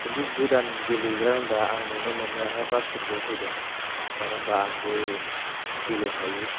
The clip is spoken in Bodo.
खिन्थु गोदान गेलेग्रा होनबा आं नुनो मोननायावहाय बास्केट बल फैदों मानो होनबा आंबो गेलेफायो